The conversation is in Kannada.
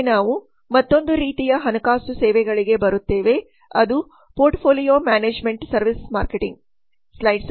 ಮುಂದೆ ನಾವು ಮತ್ತೊಂದು ರೀತಿಯ ಹಣಕಾಸು ಸೇವೆಗಳಿಗೆ ಬರುತ್ತೇವೆ ಅದು ಪೋರ್ಟ್ಫೋಲಿಯೋಮ್ಯಾನೇಜ್ಮೆಂಟ್ ಸೇವೆ ಅಥವಾ ಸಂಕ್ಷಿಪ್ತವಾಗಿ ಪಿಎಂಎಸ್